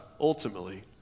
ultimately